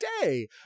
day